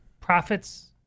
profits